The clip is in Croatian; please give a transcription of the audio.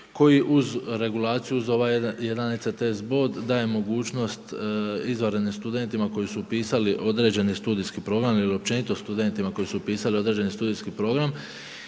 koji uz regulaciju za ovaj 1 ECTS bod daje mogućnost izvanrednim studentima koji su upisali određeni studijski program ili općenito studentima koji su upisali određeni studijski program